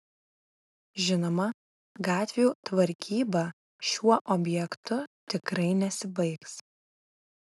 žinoma gatvių tvarkyba šiuo objektu tikrai nesibaigs